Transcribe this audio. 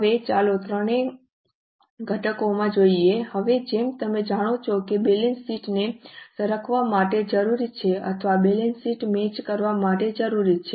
હવે ચાલો ત્રણેય ઘટકોમાં જઈએ હવે જેમ તમે જાણો છો કે બેલેન્સ શીટને સરખાવવા માટે જરૂરી છે અથવા બેલેન્સ શીટ મેચ કરવા માટે જરૂરી છે